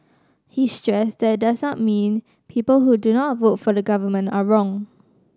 he stressed that it does not mean people who do not vote for the Government are wrong